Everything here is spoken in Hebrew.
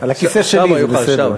על הכיסא שלי, זה בסדר.